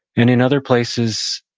in in other places,